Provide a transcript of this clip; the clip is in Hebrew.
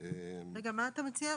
מה אתה מציע?